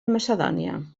macedònia